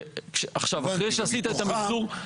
עכשיו, אחרי שעשית את המחזור.